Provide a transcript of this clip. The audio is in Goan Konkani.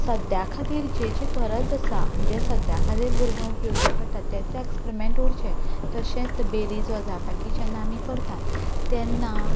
जी सद्या खातीर जी जी गरज आसा जें सद्या खातीर भुरग्यांक उपयोगी पडटा तेच एक्सपिरिमॅंट उरचे तशेंच जेन्ना आमी करतात तेन्ना